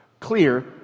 clear